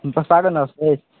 बहुत सारा नर्स अछि